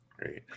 Great